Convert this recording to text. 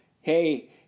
Hey